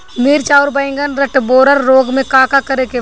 मिर्च आउर बैगन रुटबोरर रोग में का करे के बा?